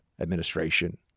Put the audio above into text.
administration